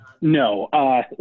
No